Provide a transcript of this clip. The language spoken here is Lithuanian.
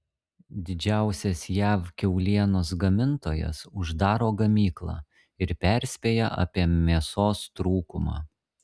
didžiausias jav kiaulienos gamintojas uždaro gamyklą ir perspėja apie mėsos trūkumą